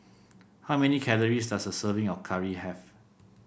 how many calories does a serving of curry have